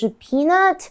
peanut